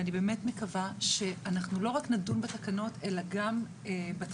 ואני באמת מקווה שאנחנו לא רק נדון בתקנות אלא גם בתכנים,